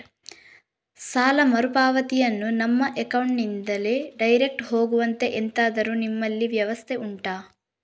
ಸಾಲ ಮರುಪಾವತಿಯನ್ನು ನಮ್ಮ ಅಕೌಂಟ್ ನಿಂದಲೇ ಡೈರೆಕ್ಟ್ ಹೋಗುವಂತೆ ಎಂತಾದರು ನಿಮ್ಮಲ್ಲಿ ವ್ಯವಸ್ಥೆ ಉಂಟಾ